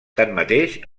tanmateix